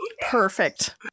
Perfect